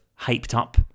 hyped-up